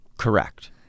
Correct